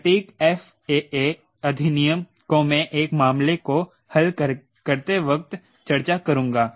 सटीक FAA अधिनियम को मैं एक मामले को हल करते वक्त चर्चा करूंगा